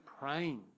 praying